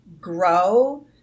grow